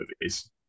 movies